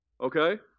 Okay